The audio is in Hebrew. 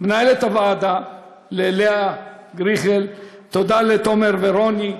למנהלת הוועדה לאה קריכלי, תודה לתומר ולרוני,